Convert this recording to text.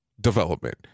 development